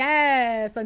Yes